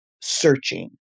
searching